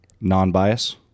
Non-bias